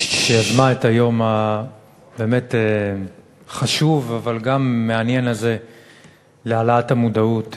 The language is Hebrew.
שיזמה את היום הבאמת-חשוב אבל גם המעניין הזה להעלאת המודעות